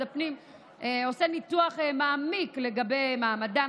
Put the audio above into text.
הפנים עושה ניתוח מעמיק לגבי מעמדם,